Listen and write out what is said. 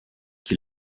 qui